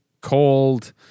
cold